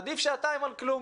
עדיף שעתיים על כלום.